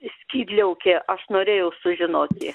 skydliaukė aš norėjau sužinoti